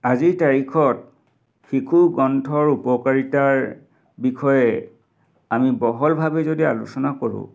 আজিৰ তাৰিখত শিশু গ্ৰন্থৰ উপকাৰিতাৰ বিষয়ে আমি বহলভাৱে যদি আলোচনা কৰোঁ